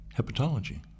hepatology